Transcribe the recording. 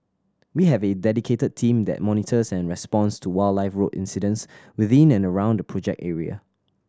we have a dedicated team that monitors and responds to wildlife road incidents within and around the project area